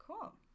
cool